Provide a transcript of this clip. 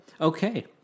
Okay